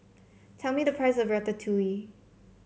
tell me the price of Ratatouille